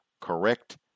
correct